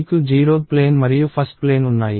మీకు 0th plane మరియు 1th plane ఉన్నాయి